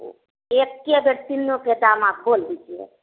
वह एक्के बेर तीनों के दाम आप बोल दीजिए